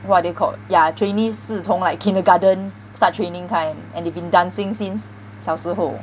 what are they called yeah trainee 是从 like kindergarten start training time and they've been dancing since 小时候